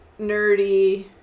Nerdy